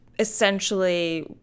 essentially